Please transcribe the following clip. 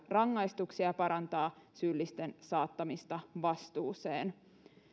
rangaistuksia ja parantaa syyllisten saattamista vastuuseen